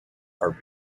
are